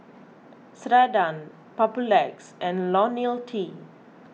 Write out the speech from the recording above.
Ceradan Papulex and Ionil T